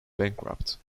bankrupt